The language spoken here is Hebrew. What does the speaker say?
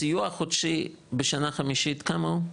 הסיוע החודשי בשנה חמישית כמה הוא?